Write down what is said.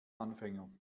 anfänger